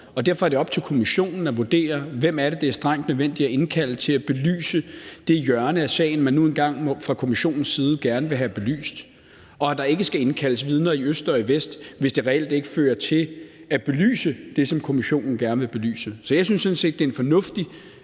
derfor er det op til kommissionen at vurdere, hvem det er, det er strengt nødvendigt at indkalde til at belyse det hjørne af sagen, man nu engang fra kommissionens side gerne vil have belyst, og at der ikke skal indkaldes vidner i øst og i vest, hvis det reelt ikke fører til at belyse det, som kommissionen gerne vil belyse. Så jeg synes sådan set, det er en fornuftig